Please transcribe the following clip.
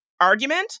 argument